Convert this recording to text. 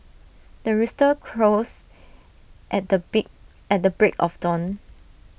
the rooster crows at the bee at the break of dawn